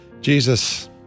Jesus